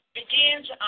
begins